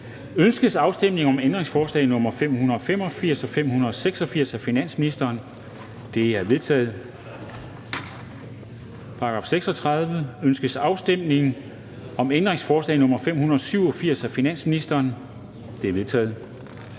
Ønskes afstemning om ændringsforslag nr. 585 og 586 af finansministeren? De er vedtaget. Til § 36. Pensionsvæsenet. Ønskes afstemning om ændringsforslag nr. 587 af finansministeren? Det er vedtaget.